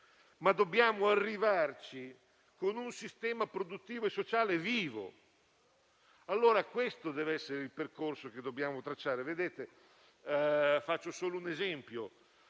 ma dobbiamo arrivarci con un sistema produttivo e sociale vivo. Allora, questo deve essere il percorso che dobbiamo tracciare.